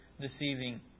deceiving